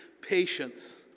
patience